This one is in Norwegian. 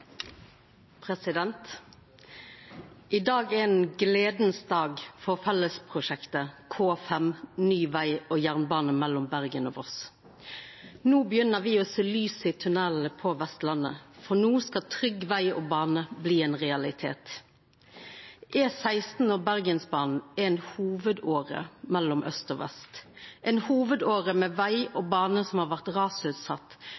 ein gledesdag for fellesprosjektet K5 – ny veg mellom Bergen og Voss. No byrjar me å sjå lys i tunnelane på Vestlandet, for no skal trygg veg og bane bli ein realitet. E16 og Bergensbanen er ei hovudåre mellom aust og vest, ei hovudåre med veg